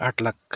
आठ लाख